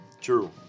True